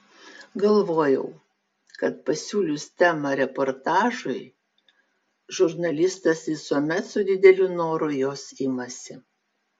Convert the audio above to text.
galvojau kad pasiūlius temą reportažui žurnalistas visuomet su dideliu noru jos imasi